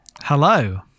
Hello